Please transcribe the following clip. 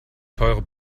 teure